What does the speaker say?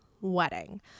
wedding